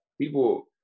People